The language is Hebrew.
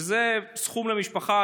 שזה סכום למשפחה,